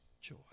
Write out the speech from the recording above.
joy